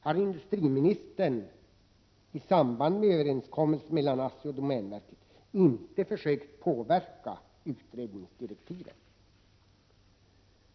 Har industriministern i samband med överenskommelsen mellan ASSI och domänverket inte försökt påverka utredningsdirektiven?